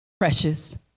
precious